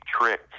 Trick